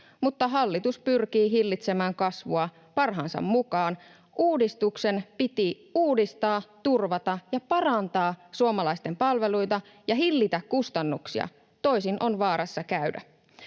mutta hallitus pyrkii hillitsemään kasvua parhaansa mukaan. Uudistuksen piti uudistaa, turvata ja parantaa suomalaisten palveluita ja hillitä kustannuksia. Toisin on vaarassa käydä.